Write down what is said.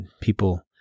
people –